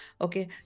okay